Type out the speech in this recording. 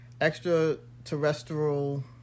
extraterrestrial